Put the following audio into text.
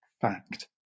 Fact